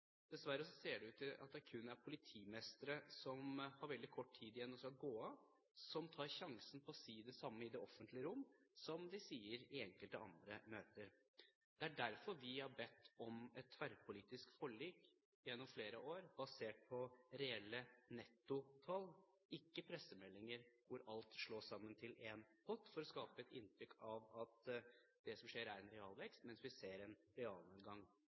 Dessverre ser det ut til at det kun er politimestre som har veldig kort tid igjen før de skal gå av, som tar sjansen på å si det samme i det offentlige rom som de sier i enkelte andre møter. Det er derfor vi har bedt om et tverrpolitisk forlik gjennom flere år basert på reelle nettotall, ikke pressemeldinger hvor alt slås sammen til én pott for å skape et inntrykk av at det som skjer, er en realvekst, mens vi ser en realnedgang.